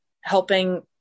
helping